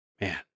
man